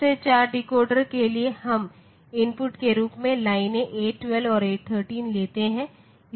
2 से 4 डिकोडर के लिए हम इनपुट के रूप में लाइनों A12 और A13 लेते हैं